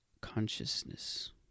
consciousness